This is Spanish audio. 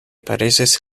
pareces